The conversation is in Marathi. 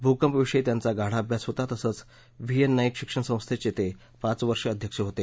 भूकम्प विषयी त्यांचा गाढा अभ्यास होता तसेच व्ही एन नाईक शिक्षण संस्थेचे ते पाच वर्षे अध्यक्ष होते